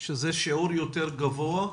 שזה שיעור יותר גבוה?